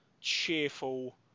cheerful